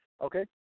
Okay